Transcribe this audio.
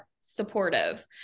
supportive